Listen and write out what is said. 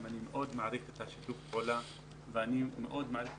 ואני מאוד מעריך את שיתוף הפעולה ואני מאוד מעריך